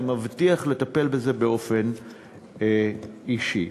אני מבטיח לטפל בזה באופן אישי.